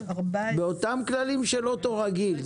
באותם כללים של רכב רגיל.